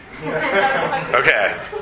Okay